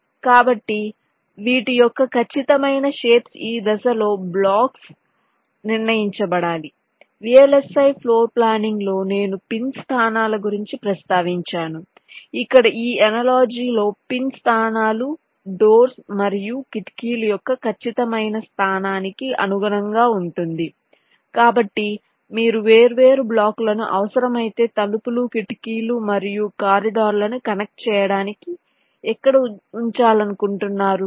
కాబట్టి వీటి యొక్క ఖచ్చితమైన షేప్స్ ఈ దశలో బ్లాక్స్ నిర్ణయించబడాలి VLSI ఫ్లోర్ప్లానింగ్లో నేను పిన్ స్థానాల గురించి ప్రస్తావించాను ఇక్కడ ఈ అనాలోజి లో పిన్ స్థానాలు డోర్స్ మరియు కిటికీల యొక్క ఖచ్చితమైన స్థానానికి అనుగుణంగా ఉంటుంది కాబట్టి మీరు వేర్వేరు బ్లాకులను అవసరమైతే తలుపులు కిటికీలు మరియు కారిడార్లను కనెక్ట్ చేయడానికి ఎక్కడ ఉంచాలనుకుంటున్నారు